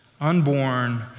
unborn